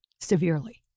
severely